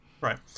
right